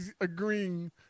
agreeing